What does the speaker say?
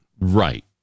Right